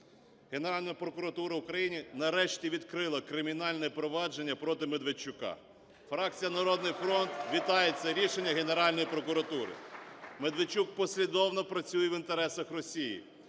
Генеральна прокуратура України нарешті відкрила кримінальне впровадження проти Медведчука. Фракція "Народний фронт" вітає це рішення Генеральної прокуратури. Медведчук послідовно працює в інтересах Росії.